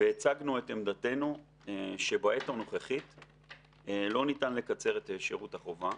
והצגנו את עמדתנו שבעת הנוכחית לא ניתן לקצר את שירות החובה.